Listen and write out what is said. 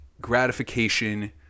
gratification